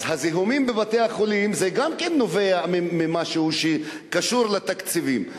אז הזיהומים בבתי-החולים גם כן נובעים ממשהו שקשור לתקציבים.